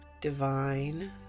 Divine